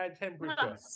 temperature